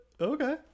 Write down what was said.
Okay